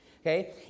Okay